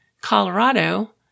Colorado